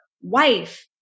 wife